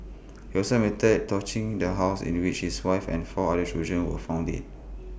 he also admitted torching the house in which his wife and four other children were found dead